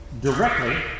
directly